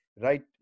right